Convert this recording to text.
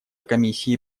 комиссии